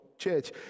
Church